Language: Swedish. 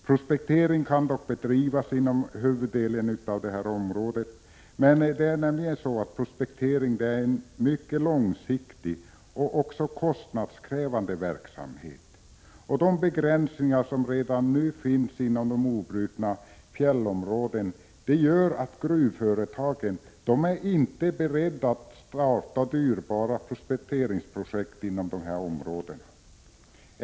Prospektering kan dock bedrivas inom huvuddelen av området. Prospektering är en mycket långsiktig och kostnadskrävande verksamhet. De begränsningar som redan nu finns inom de obrutna fjällområdena gör att gruvföretagen inte är beredda att starta dyrbara prospekteringsprojekt inom dessa områden.